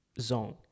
zone